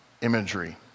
imagery